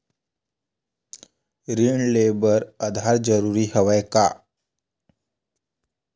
ऋण ले बर आधार जरूरी हवय का?